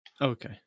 Okay